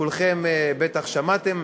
כולכם בטח שמעתם,